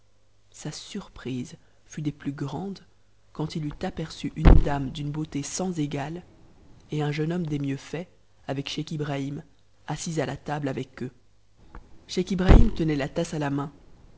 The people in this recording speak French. sa surprise fut des plus grandes quand il eut aperçu une dame d'une beauté sans égale et un jeune homme des mieux faits avec scheich ibrahim assis à table avec eux scheich ibrahim tenait la tasse à la main